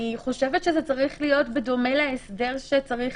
אני חושבת שזה צריך להיות בדומה להסדר שצריך